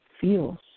feels